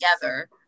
together